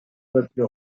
peuple